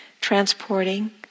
transporting